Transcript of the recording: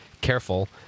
careful